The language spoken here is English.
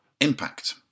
impact